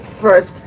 first